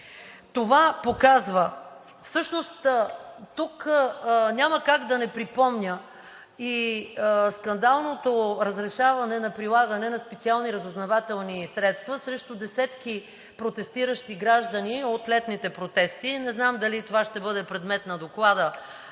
са удовлетворени. Тук няма как да не припомня и скандалното разрешаване за прилагане на специални разузнавателни средства срещу десетки протестиращи граждани от летните протести. Не знам дали това ще бъде предмет на доклада